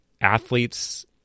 athletes